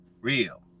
real